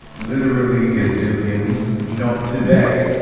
literally gazillions? not today!